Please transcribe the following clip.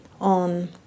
on